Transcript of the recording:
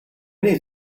need